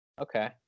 okay